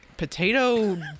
potato